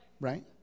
Right